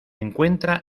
encuentra